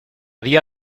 día